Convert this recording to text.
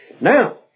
Now